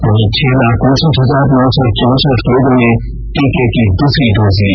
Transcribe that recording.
वहीं छह लाख उनसठ हजार नौ सौ चौसठ लोगों ने टीके की दूसरी डोज ले ली